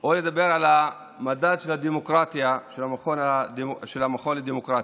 או לדבר על המדד של הדמוקרטיה של המכון לדמוקרטיה?